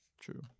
True